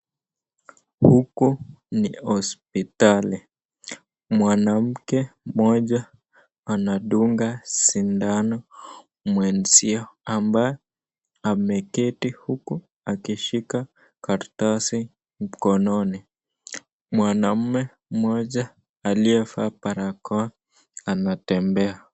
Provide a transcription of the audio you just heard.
Huku ni hospitali. Mwanamke mmoja anadunga sindano mwenzio ambaye ameketi huku akishika karatasi mkononi. Mwanaume mmoja aliyevaa barakoa anatembea.